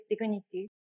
dignity